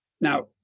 Now